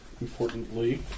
importantly